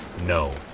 no